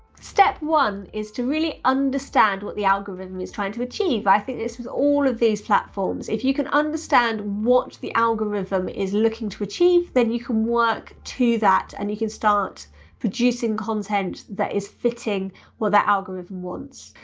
step one is to really understand what the algorithm is trying to achieve. i think this with all of these platforms, if you can understand what the algorithm is looking to achieve, then you can work to that and you can start producing content that is fitting what the algorithm wants.